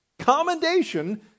commendation